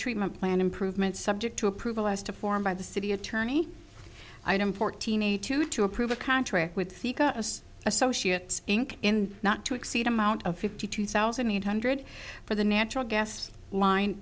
treatment plant improvements subject to approval as to form by the city attorney fourteen eight to two approve a contract with associates inc in not to exceed amount of fifty two thousand eight hundred for the natural gas line